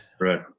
Right